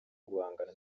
guhangana